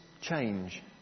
change